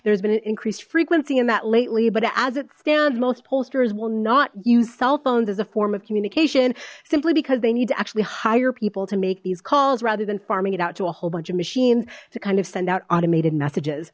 there's been an increased frequency in that lately but as it stands most pollsters will not use cell phones as a form of communication simply because they need to actually hire people to make these calls rather than farming it out to a whole bunch of machines to kind of send out automated message